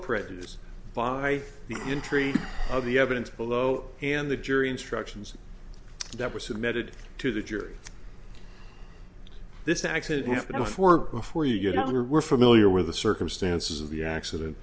prejudice by the entry of the evidence below and the jury instructions that were submitted to the jury this accident happened before before you get on or were familiar with the circumstances of the accident